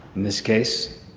this case.